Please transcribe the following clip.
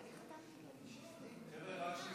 אדוני היושב-ראש,